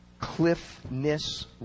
cliffness